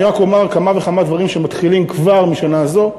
אני רק אומר כמה וכמה דברים שמתחילים כבר משנה זו: